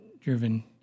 driven